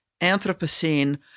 anthropocene